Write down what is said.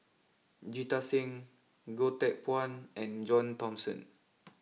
Jita Singh Goh Teck Phuan and John Thomson